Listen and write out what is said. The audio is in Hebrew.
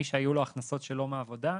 מי שהיו לו הכנסות שלא מעבודה,